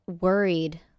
worried